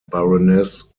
baroness